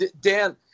Dan